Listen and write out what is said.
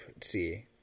see